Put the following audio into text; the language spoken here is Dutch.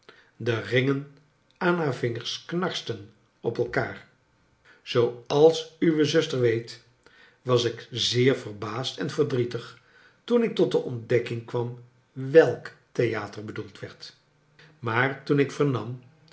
de ringen aan haar vingers knarsten op elkaar zooals uwe zuster weet was ik zeer verbaasd en verdrietig toen ik tot de ontdekking kwam welk theater bedoeld werd maar toen ik vernam